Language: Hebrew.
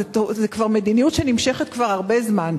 זו מדיניות שנמשכת כבר הרבה זמן.